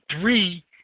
three